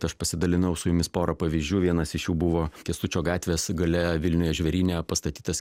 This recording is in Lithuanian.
tai aš pasidalinau su jumis pora pavyzdžių vienas iš jų buvo kęstučio gatvės gale vilniuje žvėryne pastatytas